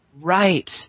right